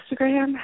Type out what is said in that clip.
Instagram